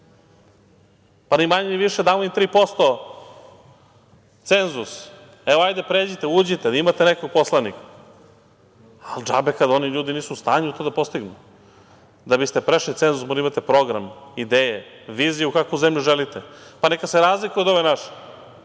pa ni manje ni više damo im 3% cenzus. Evo, hajde, pređite, uđite, da imate nekog poslanika. Džabe kad oni ljudi nisu u stanju da to postignu. Da biste prešli cenzus morate da imate program, ideje, viziju kakvu zemlju želite, pa neka se razlikuje od ove naše,